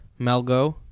Melgo